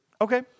Okay